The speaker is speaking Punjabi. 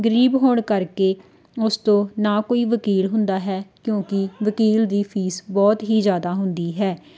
ਗਰੀਬ ਹੋਣ ਕਰਕੇ ਉਸ ਤੋਂ ਨਾ ਕੋਈ ਵਕੀਲ ਹੁੰਦਾ ਹੈ ਕਿਉਂਕਿ ਵਕੀਲ ਦੀ ਫੀਸ ਬਹੁਤ ਹੀ ਜ਼ਿਆਦਾ ਹੁੰਦੀ ਹੈ